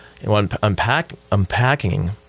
unpacking